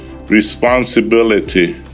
responsibility